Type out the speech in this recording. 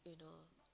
you know